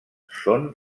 són